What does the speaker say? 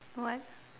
what